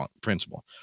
principle